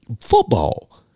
football